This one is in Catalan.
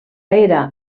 era